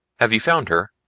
have you found her?